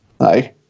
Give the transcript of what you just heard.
Hi